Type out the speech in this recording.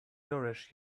nourish